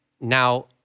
Now